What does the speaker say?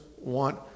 want